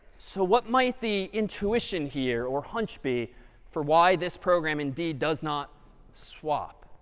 so what might the intuition here or hunch be for why this program indeed does not swap?